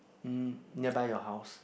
mm nearby your house